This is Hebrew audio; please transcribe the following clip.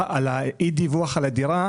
אי הדיווח על הדירה,